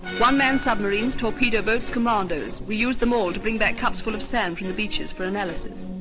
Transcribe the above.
one-manned submarines, torpedo boats, commandos, we used them all to bring back cups full of sand from the beaches for analysis.